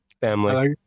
family